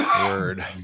word